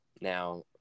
Now